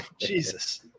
Jesus